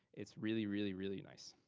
it's really, really, really nice.